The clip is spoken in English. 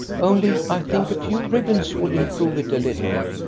only i think a few ribbons would improve it a little.